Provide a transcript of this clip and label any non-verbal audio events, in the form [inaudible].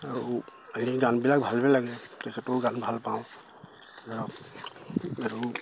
আৰু গানবিলাক ভালেই লাগে [unintelligible] গান ভাল পাওঁ ধৰক আৰু